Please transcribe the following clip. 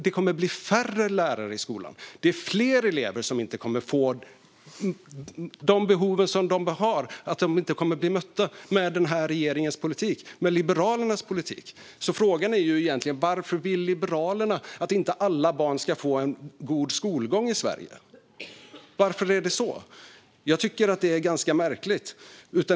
Det kommer att bli färre lärare i skolan. Det kommer att bli fler elever vars behov inte kommer att mötas med den här regeringens politik, med Liberalernas politik. Varför vill inte Liberalerna att alla barn ska få en god skolgång i Sverige? Det är ganska märkligt.